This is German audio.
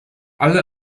alle